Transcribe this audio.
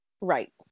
Right